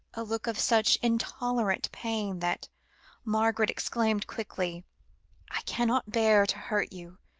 a look of such intolerable pain, that margaret exclaimed quickly i cannot bear to hurt you,